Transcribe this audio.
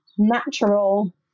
natural